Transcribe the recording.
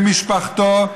במשפחתו,